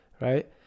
Right